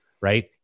right